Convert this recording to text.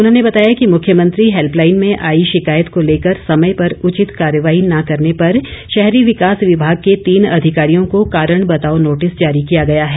उन्होंने बताया कि मुख्यमंत्री हैल्पलाईन में आई शिकायत को ैलेकर समय पर उचित कार्यवाही न करने पर शहरी विकास विभाग के तीन अधिकारियों को कारण बताओ नोटिस जारी किया है